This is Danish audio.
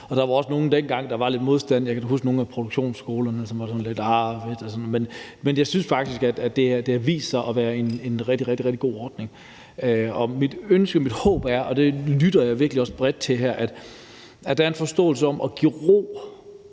og der var også nogle dengang, der var lidt modstandere af det. Jeg kan da huske nogle af produktionsskolerne, som var det. Men jeg synes faktisk, det har vist sig at være en rigtig, rigtig god ordning. Mit ønske og mit håb er – og det hører jeg virkelig også bredt her – at der er en forståelse for at give ro